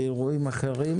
באירועים אחרים,